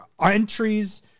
entries